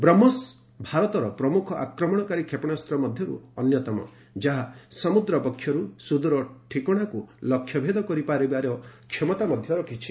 ବହୋସ୍ ଭାରତର ପ୍ରମ୍ରଖ ଆକ୍ମଣକାରୀ କ୍ଷେପଣାସ୍ତ ମଧ୍ୟର୍ ଅନ୍ୟତମ ଯାହା ସମ୍ରଦ୍ ବକ୍ଷର୍ ସୁଦର ଠିକଣାକୁ ଲକ୍ଷ୍ୟ ଭେଦ କରିପାରିବାର କ୍ଷମତା ରଖିଛି